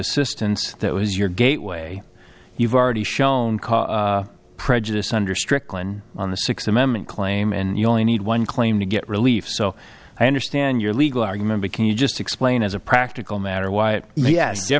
assistance that was your gateway you've already shown prejudice under strickland on the sixth amendment claim and you only need one claim to get relief so i understand your legal argument it can you just explain as a practical matter why ye